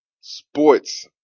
sports